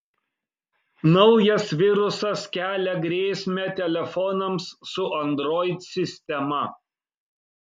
naujas virusas kelia grėsmę telefonams su android sistema